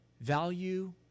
value